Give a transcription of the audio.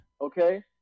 Okay